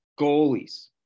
goalies